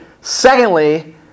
Secondly